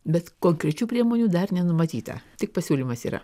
bet konkrečių priemonių dar nenumatyta tik pasiūlymas yra